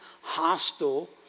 hostile